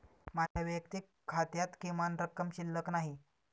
माझ्या वैयक्तिक खात्यात किमान रक्कम शिल्लक नाही